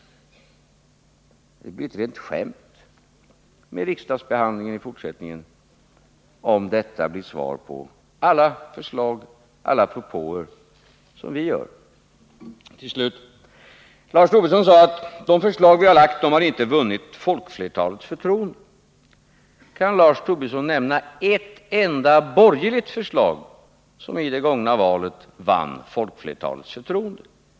Det blir ju ett rent skämt med riksdagsbehandlingen i fortsättningen, om detta blir svaret på alla förslag och alla propåer som vi gör. Till slut: Lars Tobisson sade att de förslag som vi har framlagt inte har vunnit folkflertalets förtroende. Kan Lars Tobisson nämna ett enda borgerligt förslag som i det gångna valet vann folkflertalets förtroende?